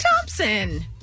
Thompson